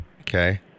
Okay